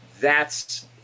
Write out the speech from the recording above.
thats